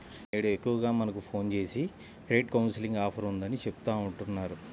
నేడు ఎక్కువగా మనకు ఫోన్ జేసి క్రెడిట్ కౌన్సిలింగ్ ఆఫర్ ఉందని చెబుతా ఉంటన్నారు